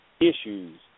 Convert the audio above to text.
issues